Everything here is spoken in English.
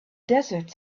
desert